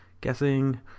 guessing